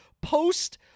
post